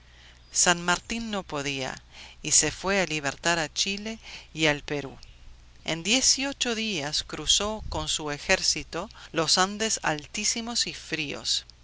san martín no podía y se fue a libertar a chile y al perú en dieciocho días cruzó con su ejército los andes altísimos y fríos